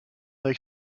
avec